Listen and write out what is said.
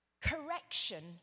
correction